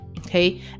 okay